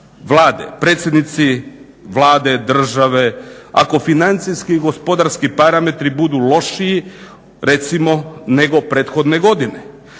Vlade, predsjednici Vlade, države ako financijski i gospodarski parametri budu lošiji recimo nego prethodne godine.